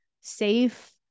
safe